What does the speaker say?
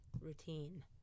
routine